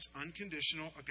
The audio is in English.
unconditional